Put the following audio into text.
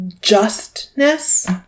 justness